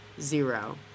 Zero